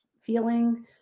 feeling